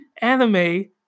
anime